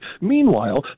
Meanwhile